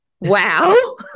Wow